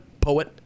poet